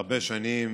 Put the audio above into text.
הרבה שנים